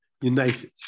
united